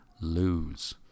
lose